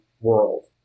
world